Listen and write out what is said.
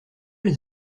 les